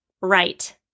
right